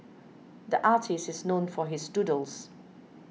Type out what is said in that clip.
the artist is known for his doodles